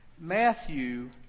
Matthew